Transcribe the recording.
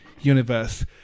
universe